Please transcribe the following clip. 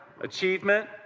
achievement